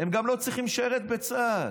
הם גם לא צריכים לשרת בצה"ל,